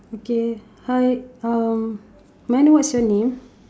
okay hi um may I know what's your name